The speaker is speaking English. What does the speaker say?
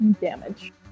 Damage